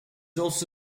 also